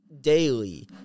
Daily